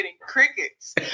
crickets